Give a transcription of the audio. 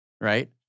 right